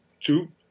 two